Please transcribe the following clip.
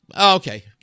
Okay